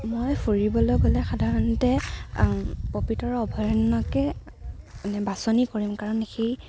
মই ফুৰিবলৈ গ'লে সাধাৰণতে পবিতৰা অভয়াৰণ্যকে বাছনি কৰিম কাৰণ সেই